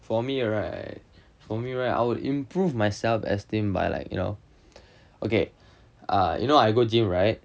for me right for me right I would improve my self esteem by like you know okay uh you know I go gym right